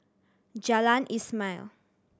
Jalan Ismail